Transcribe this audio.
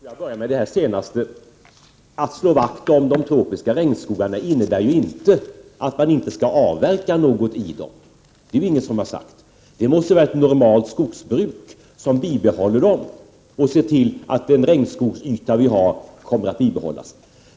Fru talman! Jag börjar med det senaste. Att slå vakt om de tropiska regnskogarna innebär inte att man inte skall avverka något i dem. Det har ingen sagt. De måste bibehållas genom ett normalt skogsbruk, vilket gör att den regnskogsyta vi har kommer att bibehållas.